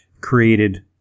created